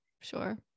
Sure